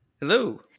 Hello